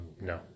no